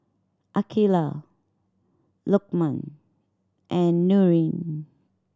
Aqilah Lokman and Nurin